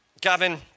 Gavin